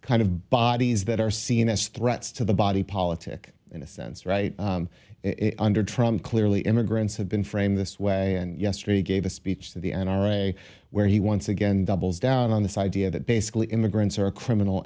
kind of bodies that are seen as threats to the body politic in a sense right under trump clearly immigrants have been framed this way and yesterday gave a speech to the n r a where he once again doubles down on this idea that basically immigrants are a criminal